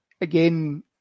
again